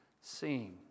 seeing